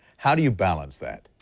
how do you balance that?